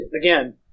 Again